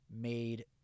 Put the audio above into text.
made